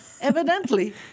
Evidently